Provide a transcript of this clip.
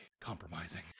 compromising